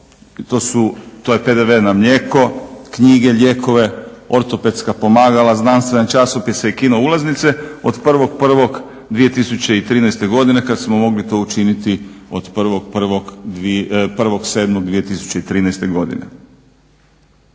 to je PDV na mlijeko, knjige, lijekove, ortopedska pomagala, znanstvene časopise i kino ulaznice od 1.1.2013.kada smo to mogli učiniti od 1.7.2013.godine?